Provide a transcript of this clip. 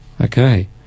Okay